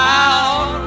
Out